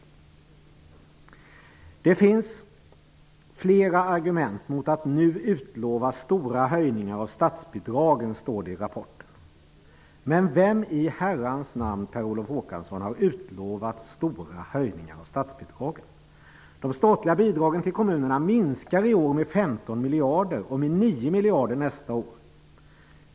Det finns flera argument mot att nu utlova stora höjningar av statsbidragen, står det i rapporten. Men vem i herrans namn, Per Olof Håkansson, har utlovat stora höjningar av statsbidragen? De statliga bidragen till kommunerna minskar i år med 15 miljarder och med 9 miljarder nästa år.